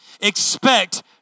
Expect